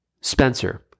Spencer